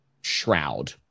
shroud